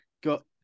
got